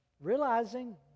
Realizing